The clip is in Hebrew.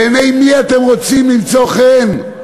בעיני מי אתם רוצים למצוא חן?